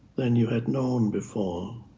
than you had known before.